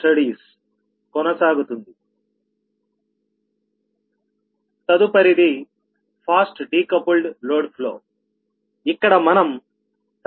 ఇక్కడ మనం సంఖ్యలను పరిష్కరించలేము